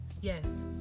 yes